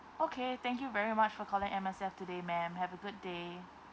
okay thank you very much for calling M_S_F today ma'am have a good day